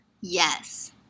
Yes